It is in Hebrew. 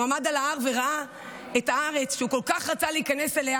הוא עמד על ההר וראה את הארץ שהוא כל כך רצה להיכנס אליה